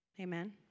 Amen